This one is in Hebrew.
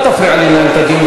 אל תפריע לי לנהל את הדיון,